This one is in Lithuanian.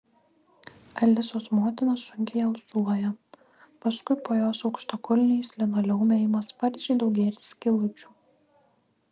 alisos motina sunkiai alsuoja paskui po jos aukštakulniais linoleume ima sparčiai daugėti skylučių